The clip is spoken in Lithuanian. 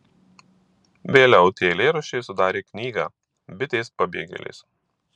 vėliau tie eilėraščiai sudarė knygą bitės pabėgėlės